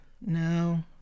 no